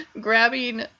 grabbing